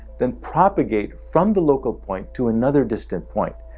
then propagate from the local point to another distant point,